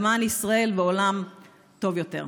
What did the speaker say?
למען ישראל ועולם טוב יותר.